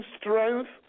strength